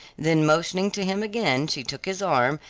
then motioning to him again she took his arm,